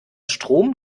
strom